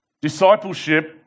Discipleship